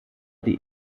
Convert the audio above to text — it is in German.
die